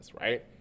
right